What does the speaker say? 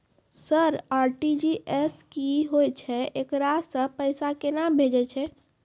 Sir RTGS की होय छै, एकरा से पैसा केना भेजै छै?